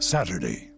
Saturday